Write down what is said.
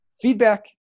feedback